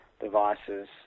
devices